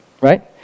right